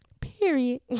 Period